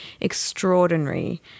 extraordinary